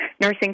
nursing